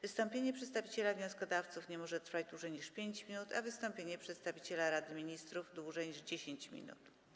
Wystąpienie przedstawiciela wnioskodawców nie może trwać dłużej niż 5 minut, a wystąpienie przedstawiciela Rady Ministrów - dłużej niż 10 minut.